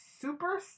Super